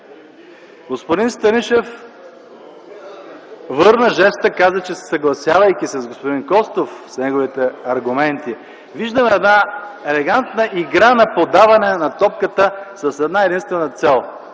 Господин Станишев върна жеста и каза, че се съгласява с господин Костов и с неговите аргументи. Виждаме една елегантна игра на подаване на топката с една-единствена цел